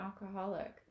alcoholic